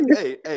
hey